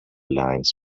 lines